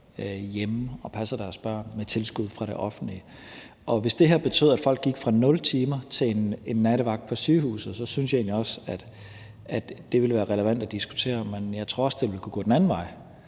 hjemme og passer deres børn med tilskud fra det offentlige. Hvis det her betød, at folk gik fra 0 timer til en nattevagt på sygehuset, så ville jeg egentlig også synes, at det ville være relevant at diskutere, men jeg tror også, det ville kunne gå den anden vej,